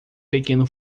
pequeno